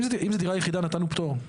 אם זו דירה יחידה נתנו פטור.